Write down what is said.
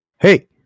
Hey